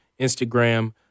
Instagram